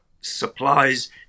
supplies